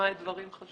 קודמיי דברים חשובים.